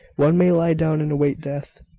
one may lie down and await death,